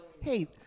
hey